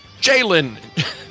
Jalen